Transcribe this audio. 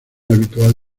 habitual